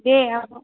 दे आब'